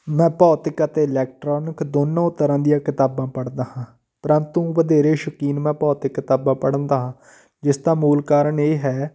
ਮੈਂ ਭੌਤਿਕ ਅਤੇ ਇਲੈਕਟ੍ਰੋਨਿਕ ਦੋਨੋਂ ਤਰ੍ਹਾਂ ਦੀਆਂ ਕਿਤਾਬਾਂ ਪੜ੍ਹਦਾ ਹਾਂ ਪ੍ਰੰਤੂ ਵਧੇਰੇ ਸ਼ੌਕੀਨ ਮੈਂ ਭੌਤਿਕ ਕਿਤਾਬਾਂ ਪੜ੍ਹਨ ਦਾ ਹਾਂ ਜਿਸ ਦਾ ਮੂਲ ਕਾਰਣ ਇਹ ਹੈ